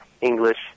English